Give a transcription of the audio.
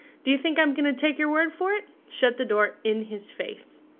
do you think i'm going to take your word for it? shut the door in his face.